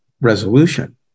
resolution